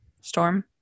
storm